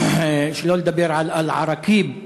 שלא לדבר על אל-עראקיב,